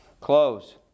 Close